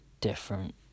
different